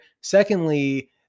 Secondly